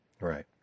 Right